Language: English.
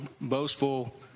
boastful